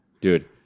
Dude